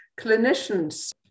clinicians